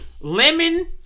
Lemon